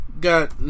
got